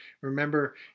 Remember